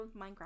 Minecraft